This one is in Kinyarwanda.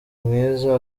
mwiza